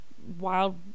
wild